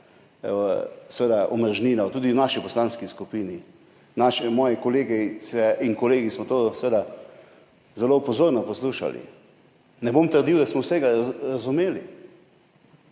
omrežnino tudi v naši poslanski skupini. Moje kolegice in kolegi smo to seveda zelo pozorno poslušali, ne bom trdil, da smo vse razumeli,